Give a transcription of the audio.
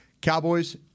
Cowboys